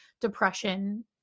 depression